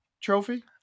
trophy